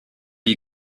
you